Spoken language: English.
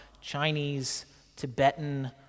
Chinese-Tibetan